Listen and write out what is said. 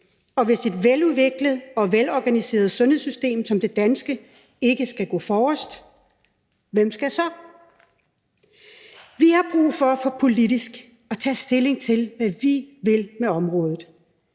Og hvis et veludviklet og velorganiseret sundhedssystem som det danske ikke skal gå forrest, hvem skal så? Vi har brug for politisk at tage stilling til, hvad vi vil med området.